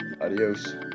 Adios